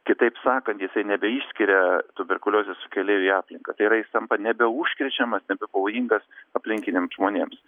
kitaip sakant jisai nebeišskiria tuberkuliozės sukėlėjų į aplinką tai yra jis tampa nebeužkrečiamas nebepavojingas aplinkiniams žmonėms